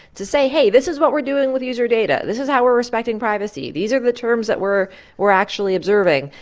to say, hey, this is what we're doing with user data. this is how we're respecting privacy. these are the terms that we're we're actually observing.